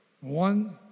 one